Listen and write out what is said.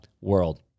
world